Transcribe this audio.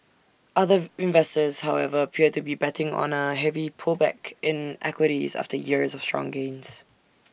other investors however appear to be betting on A heavy pullback in equities after years of strong gains